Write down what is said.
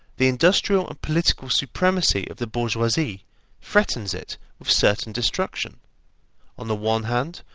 the industrial and political supremacy of the bourgeoisie threatens it with certain destruction on the one hand,